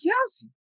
Kelsey